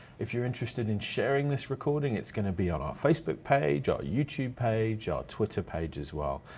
if you're interested in sharing this recording, it's gonna be on our facebook page, our youtube page, our twitter page as well.